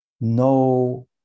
no